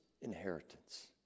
inheritance